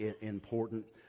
important